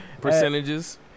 percentages